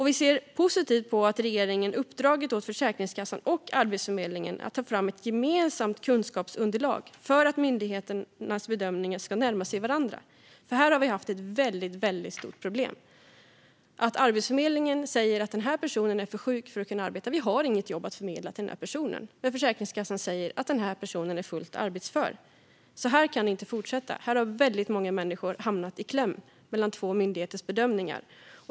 Vi ser positivt på att regeringen har uppdragit åt Försäkringskassan och Arbetsförmedlingen att ta fram ett gemensamt kunskapsunderlag för att myndigheternas bedömningar ska närma sig varandra. Här har vi nämligen haft ett väldigt stort problem med att Arbetsförmedlingen säger "Den här personen är för sjuk för att kunna arbeta; vi har inget jobb att förmedla till den här personen" - samtidigt som Försäkringskassan säger att personen är fullt arbetsför. Så här kan det inte fortsätta. Väldigt många människor har hamnat i kläm mellan två myndigheters bedömningar.